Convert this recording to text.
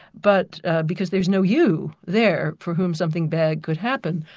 but because there's no you there for whom something bad could happen.